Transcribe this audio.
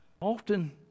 Often